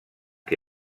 que